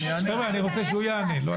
חבר'ה, אני רוצה שהוא יענה, לא אתם.